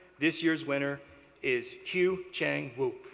this year's winner is qiu chang wu.